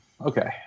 Okay